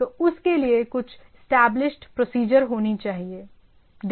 तो उस के लिए कुछ इस्टैबलिश्ड प्रोसीजर होनी चाहिए